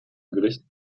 gericht